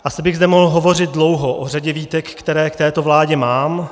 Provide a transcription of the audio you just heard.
Asi bych zde mohl hovořit dlouho o řadě výtek, které k této vládě mám.